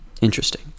Interesting